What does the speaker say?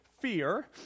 fear